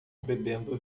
bebendo